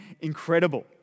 incredible